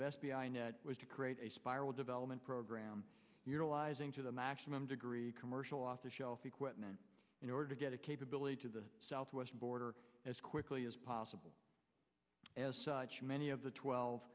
i net was to create a spiral development program utilizing to the maximum degree of commercial off the shelf equipment in order to get a capability to the southwest border as quickly as possible as such many of the twelve